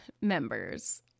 members